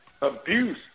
abuse